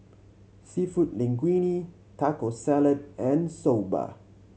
Seafood Linguine Taco Salad and Soba